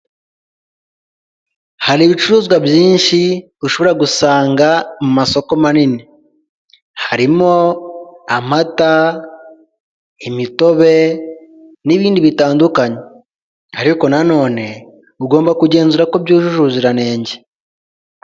Hari ibicuruzwa byinshi ushobora gusanga mu masoko manini, harimo amata, imitobe n'ibindi bitandukanye, ariko na none ugomba kugenzura ko byujuje ubuziranenge.